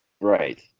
Right